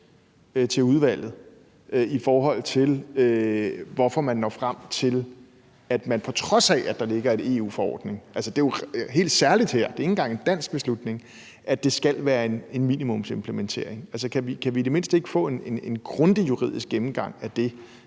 til udvalget om, hvorfor man når frem til, at det, på trods af at der ligger en EU-forordning – det er jo helt særlig her, for det er ikke engang en dansk beslutning – skal være en minimumsimplementering. Kan vi i det mindste ikke få en grundig juridisk gennemgang af det?